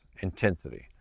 intensity